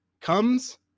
comes